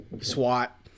SWAT